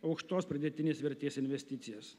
aukštos pridėtinės vertės investicijas